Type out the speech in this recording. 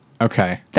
Okay